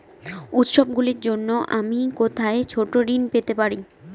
উত্সবগুলির জন্য আমি কোথায় ছোট ঋণ পেতে পারি?